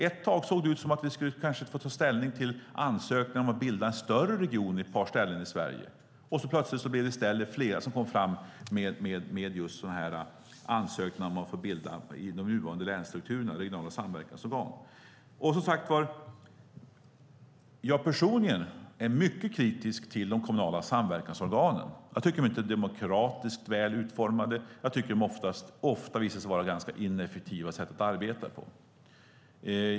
Ett tag såg det ut som om vi skulle få ta ställning till ansökningar om att bilda större regioner på ett par ställen i Sverige, men plötsligt blev det i stället flera som kom med ansökningar om att få bilda regionala samverkansorgan inom de nuvarande länsstrukturerna. Personligen är jag som sagt mycket kritisk till de kommunala samverkansorganen. De är inte demokratiskt väl utformade, och jag tycker att de ofta har visat sig vara ett ganska ineffektivt sätt att arbeta.